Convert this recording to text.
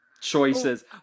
Choices